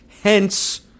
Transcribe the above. hence